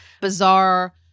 bizarre